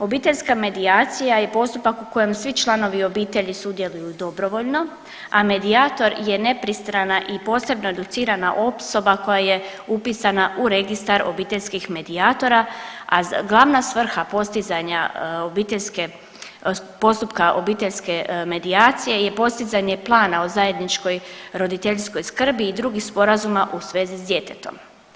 Obiteljska medijacija je postupak u kojem svi članovi obitelji sudjeluju dobrovoljno, a medijator je nepristrana i posebno educirana osoba koja je upisana u Registar obiteljskih medijatora, a glavna svrha postizanja obiteljske, postupka obiteljske medijacije je postizanje plana o zajedničkoj roditeljskoj skrbi i drugih sporazuma u svezi s djetetom.